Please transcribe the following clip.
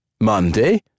Monday